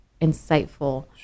insightful